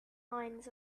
lines